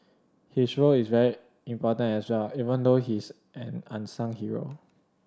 his role is very important as well even though he's an unsung hero